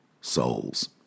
Souls